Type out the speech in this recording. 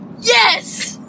yes